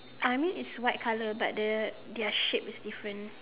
I mean is white colour but the their shape is different